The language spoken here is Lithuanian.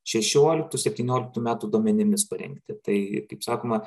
šešioliktų septynioliktų metų duomenimis parengti tai kaip sakoma